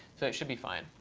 so it should be fine.